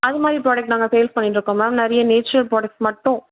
அது மாதிரி ப்ராடக்ட் நாங்கள் சேல் பண்ணிகிட்ருக்கோம் மேம் நிறைய நேச்சுரல் ப்ராடக்ட்ஸ் மட்டும்